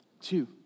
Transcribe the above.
two